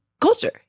culture